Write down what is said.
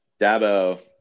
Dabo